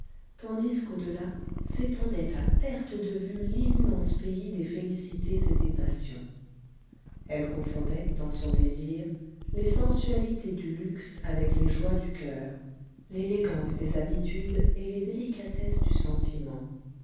tandis qu'au delà s'étendait à perte de vue l'immense pays des félicités et des passions elle confondait dans son désir les sensualités du luxe avec les joies du coeur l'élégance des habitudes et les délicatesses du sentiment